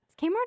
Kmart